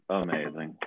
amazing